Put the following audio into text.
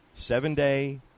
Seven-day